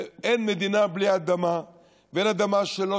אין מדינה בלי אדמה ואין אדמה שלא